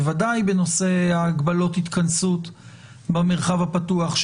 בוודאי בנושא הגבלות ההתכנסות במרחב הפתוח,